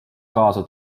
kaasa